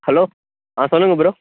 hello ஆ சொல்லுங்க bro